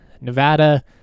Nevada